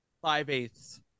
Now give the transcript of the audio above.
Five-eighths